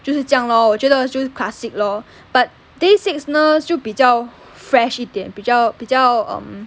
就是这样 lor 我觉得就是 classic lor but day six 呢就比较 fresh 一点比较比较 um